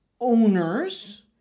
owners